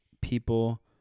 People